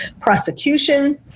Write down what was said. prosecution